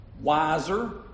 wiser